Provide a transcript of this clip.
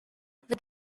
with